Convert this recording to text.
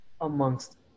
amongst